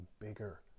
bigger